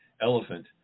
elephant